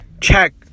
check